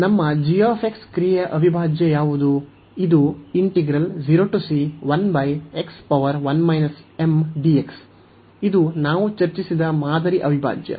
ನಮ್ಮ g ಕ್ರಿಯೆಯ ಅವಿಭಾಜ್ಯ ಯಾವುದು ಇದು ಇದು ನಾವು ಚರ್ಚಿಸಿದ ಮಾದರಿ ಅವಿಭಾಜ್ಯ